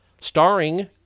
starring